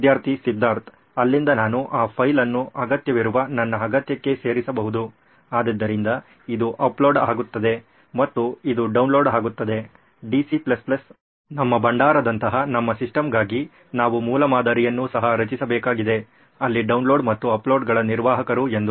ವಿದ್ಯಾರ್ಥಿ ಸಿದ್ಧಾರ್ಥ್ ಅಲ್ಲಿಂದ ನಾನು ಆ ಫೈಲ್ ಅನ್ನು ಅಗತ್ಯವಿರುವ ನನ್ನ ಅಗತ್ಯಕ್ಕೆ ಸೇರಿಸಬಹುದು ಆದ್ದರಿಂದ ಇದು ಅಪ್ಲೋಡ್ ಆಗುತ್ತದೆ ಮತ್ತು ಇದು ಡೌನ್ಲೋಡ್ ಆಗುತ್ತದೆ DC ನಮ್ಮ ಭಂಡಾರದಂತಹ ನಮ್ಮ ಸಿಸ್ಟಮ್ಗಾಗಿ ನಾವು ಮೂಲಮಾದರಿಯನ್ನು ಸಹ ರಚಿಸಬೇಕಾಗಿದೆ ಅಲ್ಲಿ ಡೌನ್ಲೋಡ್ ಮತ್ತು ಅಪ್ಲೋಡ್ಗಳು ನಿರ್ವಾಹಕರು ಎಂದು